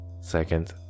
Second